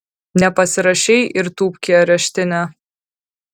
nepasirašei ir tūpk į areštinę